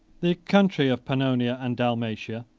the country of pannonia and dalmatia,